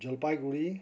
Jalpaiguri